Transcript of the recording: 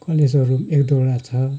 कलेजहरू पनि एक दुईवटा छ